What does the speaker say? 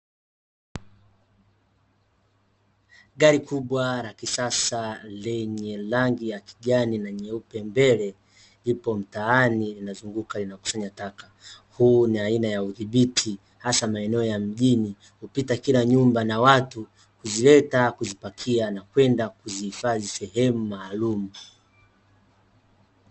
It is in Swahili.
Gari kubwa la kisasa lenye rangi ya kijani na nyeupe mbele, lipo mtaani linazunguka lina kusanya taka. Huu ni aina ya udhibiti hasa maeneo ya mjini, hupita kila nyumba na watu kuzileta, kuzipakia na kwenda kuzihifadhi sehemu maalumu.